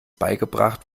beigebracht